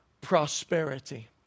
prosperity